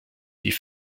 die